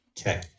Okay